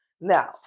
Now